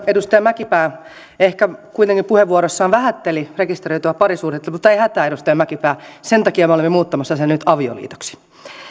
edustaja mäkipää ehkä kuitenkin puheenvuorossaan vähätteli rekisteröityä parisuhdetta mutta ei hätää edustaja mäkipää sen takia me olemme muuttamassa sen nyt avioliitoksi